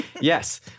Yes